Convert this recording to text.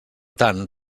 tant